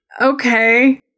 Okay